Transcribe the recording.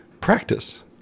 practice